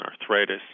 arthritis